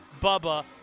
Bubba